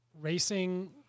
racing